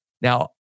Now